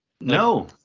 No